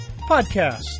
Podcast